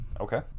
Okay